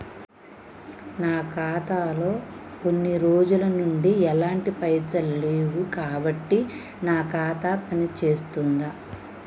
నా ఖాతా లో కొన్ని రోజుల నుంచి ఎలాంటి పైసలు లేవు కాబట్టి నా ఖాతా పని చేస్తుందా?